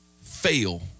fail